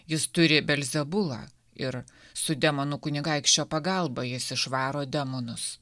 jis turi belzebulą ir su demonų kunigaikščio pagalba jis išvaro demonus